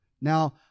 Now